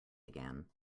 again